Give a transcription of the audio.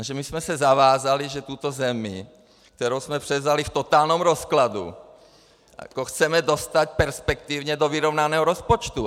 Jenže my jsme se zavázali, že tuto zemi, kterou jsme převzali v totálním rozkladu, chceme dostat perspektivně do vyrovnaného rozpočtu.